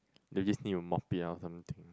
you just need to mop it or something